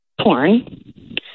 porn